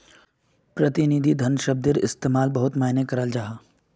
प्रतिनिधि धन शब्दर इस्तेमाल बहुत माय्नेट कराल जाहा